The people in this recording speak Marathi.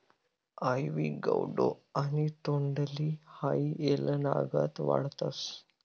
आइवी गौडो आणि तोंडली हाई येलनागत वाढतस